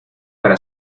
para